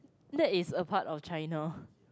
that is a part of China